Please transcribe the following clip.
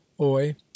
oi